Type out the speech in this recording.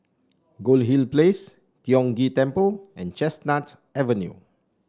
Goldhill Place Tiong Ghee Temple and Chestnut Avenue